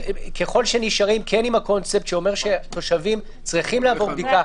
ככל שנשארים עם הקונספט שאומר שהתושבים צריכים לעבור בדיקה,